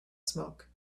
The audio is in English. smoke